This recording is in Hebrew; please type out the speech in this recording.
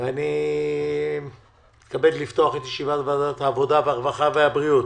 אני מתכבד לפתוח את ישיבת ועדת העבודה והרווחה והבריאות.